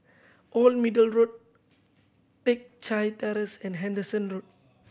Old Middle Road Teck Chye Terrace and Henderson Road